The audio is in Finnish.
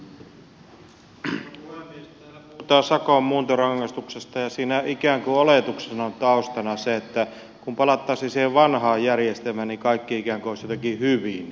täällä puhutaan sakon muuntorangaistuksesta ja siinä ikään kuin oletuksena on taustana se että kun palattaisiin siihen vanhaan järjestelmään niin kaikki ikään kuin olisi jotenkin hyvin